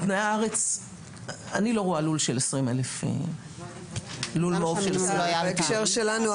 בתנאי הארץ אני לא רואה לול מעוף של 20,000. בהקשר שלנו,